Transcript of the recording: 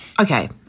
Okay